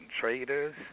traders